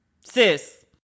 Sis